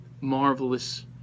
marvelous